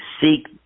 seek